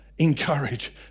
Encourage